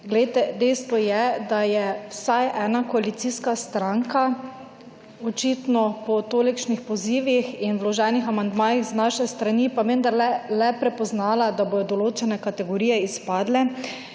ljudi. Dejstvo je, da je vsaj ena koalicijska stranka očitno po tolikšnih pozivih in vloženih amandmajih z naše strani pa vendarle le prepoznala, da bodo določene kategorije izpadle